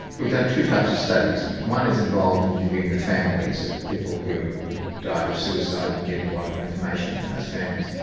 we've done two types of studies. one is involved in interviewing the families of people who have died of suicide and getting a lot of information from those families.